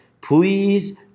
please